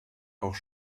auch